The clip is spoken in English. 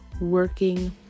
working